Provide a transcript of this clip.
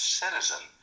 citizen